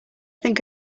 think